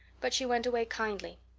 but she went away kindly,